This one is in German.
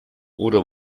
oder